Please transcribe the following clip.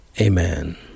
Amen